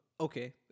Okay